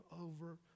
over